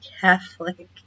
Catholic